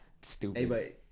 Stupid